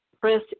press